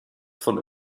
von